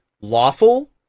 lawful